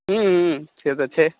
हँ हँ हँ से तऽ छै